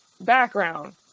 background